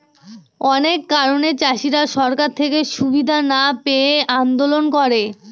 অনেক কারণে চাষীরা সরকার থেকে সুবিধা না পেয়ে আন্দোলন করে